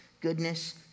goodness